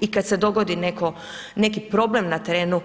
I kada se dogodi neki problem na terenu,